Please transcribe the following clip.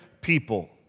people